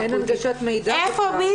אין הנגשת מידע בכלל.